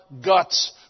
guts